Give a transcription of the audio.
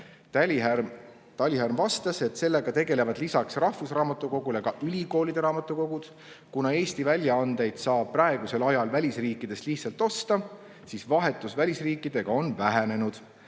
Talihärm vastas, et sellega tegelevad lisaks rahvusraamatukogule ka ülikoolide raamatukogud. Kuna Eesti väljaandeid saab praegusel ajal välisriikidest lihtsalt osta, siis vahetus välisriikidega on vähenenud.